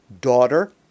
daughter